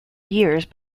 years